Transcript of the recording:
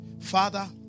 Father